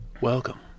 Welcome